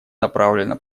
направлена